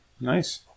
Nice